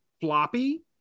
floppy